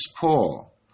Paul